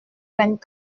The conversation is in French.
vingt